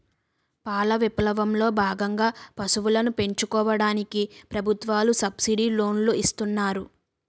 పాల విప్లవం లో భాగంగా పశువులను పెంచుకోవడానికి ప్రభుత్వాలు సబ్సిడీ లోనులు ఇస్తున్నారు